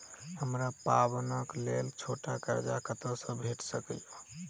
हमरा पाबैनक लेल छोट कर्ज कतऽ सँ भेटि सकैये?